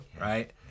right